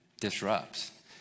disrupts